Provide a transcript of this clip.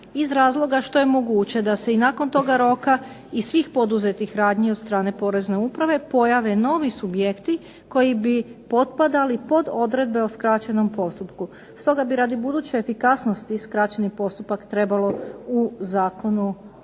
iz razloga što je moguće da se i nakon tog roka iz svih poduzetih radnji od strane Porezne uprave pojave novi subjekti koji bi potpadali pod odredbe o skraćenom postupku. Stoga bi radi buduće efikasnosti skraćeni postupak trebalo u zakonu